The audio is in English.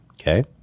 Okay